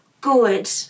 good